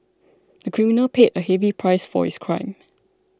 the criminal paid a heavy price for his crime